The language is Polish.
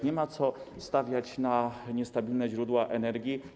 Nie ma co stawiać na niestabilne źródła energii.